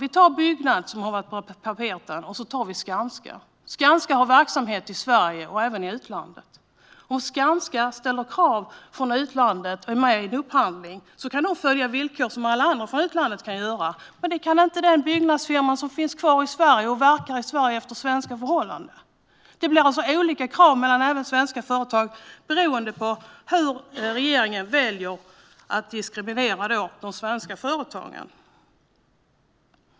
Vi kan ta byggnadsbranschen, som har varit på tapeten, och vi kan ta Skanska. Skanska har verksamhet i Sverige och även i utlandet. Om Skanska ställer krav från utlandet och är med i en upphandling kan de följa villkor som alla andra i utlandet kan göra. Men det kan inte den byggnadsfirma som finns kvar i Sverige och som verkar utifrån svenska förhållanden. Det blir alltså olika krav även för svenska företag beroende på hur regeringen väljer att diskriminera de svenska företagen.